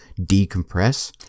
decompress